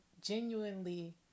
genuinely